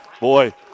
Boy